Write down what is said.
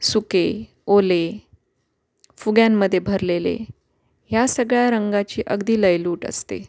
सुके ओले फुग्यांमध्ये भरलेले ह्या सगळ्या रंगाची अगदी लयलूट असते